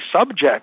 subject